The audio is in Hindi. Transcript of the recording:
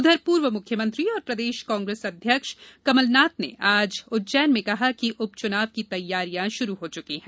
उधर पूर्व मुख्यमंत्री एवं प्रदेश कांग्रेस अध्यक्ष कमलनाथ ने आज उज्जैन में कहा कि उपचुनाव की तैयारियां शुरू हो चुकी है